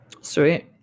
Sweet